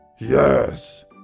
Yes